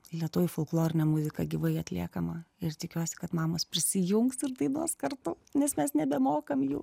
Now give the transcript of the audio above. lietuvių folklorinė muzika gyvai atliekama ir tikiuosi kad mamos prisijungs ir dainuos kartu nes mes nebemokam jų